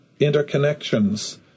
interconnections